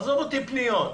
עזוב אותי מפניות,